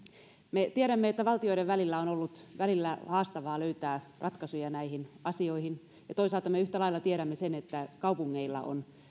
me tiedämme että valtioiden välillä on ollut välillä haastavaa löytää ratkaisuja näihin asioihin ja toisaalta me yhtä lailla tiedämme sen että kaupungeilla on